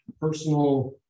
personal